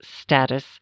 status